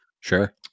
Sure